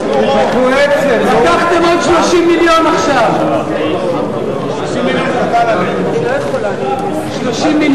חבר הכנסת נחמן שי וחברת הכנסת יוליה שמאלוב-ברקוביץ לסעיף 03,